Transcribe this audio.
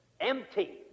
empty